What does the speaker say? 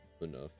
enough